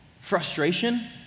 frustration